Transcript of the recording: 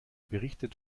berichtet